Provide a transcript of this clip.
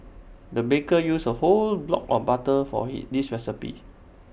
the baker used A whole block of butter for he this recipe